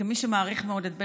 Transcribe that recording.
וכמי שמעריך מאוד את בן-גוריון,